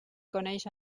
coneix